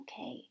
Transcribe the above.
okay